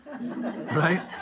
Right